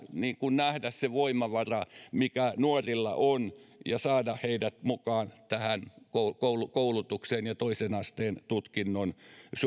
nähdä se voimavara mikä nuorilla on ja saada heidät mukaan koulutukseen ja toisen asteen tutkinnon